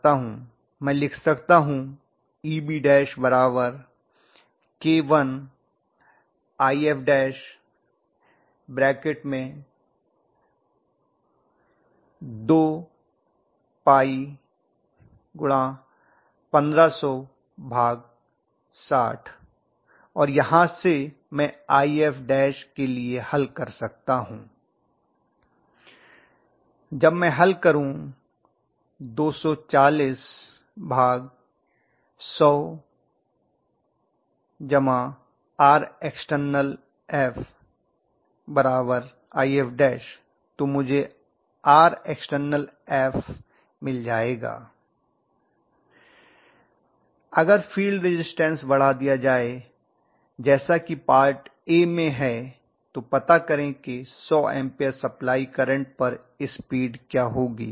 मैं लिख सकता हूँ Ebk1If2π150060 और यहाँ से मैं If के लिए हल कर सकता हूँ जब मैं हल करूं 240100RextfIf तो मुझे Rextf मिल जायेगा अगर फील्ड रेजिस्टेंस बढ़ा दिया जाए जैसा कि पार्ट ए में है तो पता करें कि 100 एंपियर सप्लाई करंट पर स्पीड क्या होगी